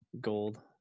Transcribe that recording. gold